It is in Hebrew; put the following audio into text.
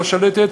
לא שולטת,